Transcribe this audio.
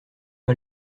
pas